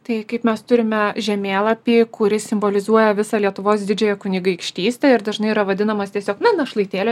tai kaip mes turime žemėlapį kuris simbolizuoja visą lietuvos didžiąją kunigaikštystę ir dažnai yra vadinamas tiesiog na našlaitėlio